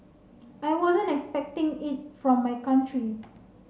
I wasn't expecting it from my country